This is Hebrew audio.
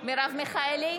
מרב מיכאלי,